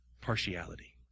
partiality